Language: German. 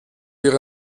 ihre